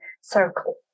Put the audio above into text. circle